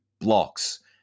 blocks